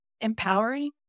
empowering